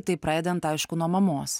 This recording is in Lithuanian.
tai pradedant aišku nuo mamos